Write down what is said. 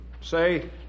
say